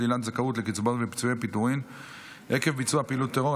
שלילת זכאות לקצבאות ולפיצויי פיטורים עקב ביצוע פעילות טרור),